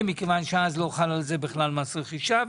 מכיוון שאז לא חל על זה בכלל מס רכישה.